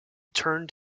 turned